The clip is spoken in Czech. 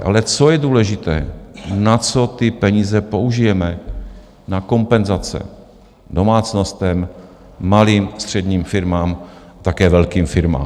Ale co je důležité na co ty peníze použijeme: na kompenzace domácnostem, malým, středním firmám, také velkým firmám.